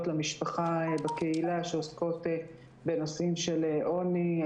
למשפחה בקהילה שעוסקות בנושאים כמו: עוני,